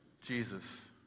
Jesus